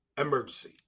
emergency